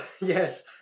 yes